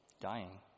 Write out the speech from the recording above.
dying